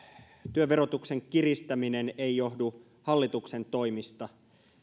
työn verotuksen kiristäminen ei johdu hallituksen toimista